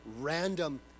random